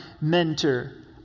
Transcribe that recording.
mentor